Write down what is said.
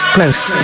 Close